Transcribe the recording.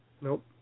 Nope